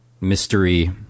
mystery